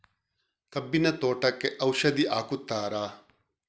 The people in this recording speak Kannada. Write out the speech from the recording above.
ಕಬ್ಬಿನ ತೋಟಕ್ಕೆ ಔಷಧಿ ಹಾಕುತ್ತಾರಾ?